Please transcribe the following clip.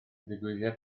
ddigwyddiad